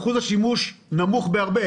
ואחוז השימוש נמוך בהרבה.